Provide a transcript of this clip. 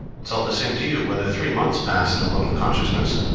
it's all the same to you whether three months pass in the world of consciousness,